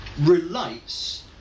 relates